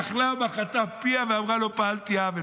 "אכלה ומחתה פיה ואמרה לא פעלתי אוון",